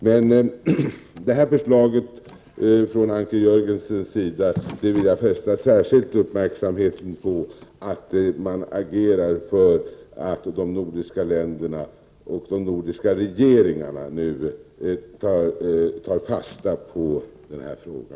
Men jag vill särskilt fästa uppmärksamheten på detta förslag från Anker Jörgensen och på att man nu agerar för att de nordiska länderna och regeringarna nu skall ta fasta på denna fråga.